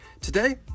Today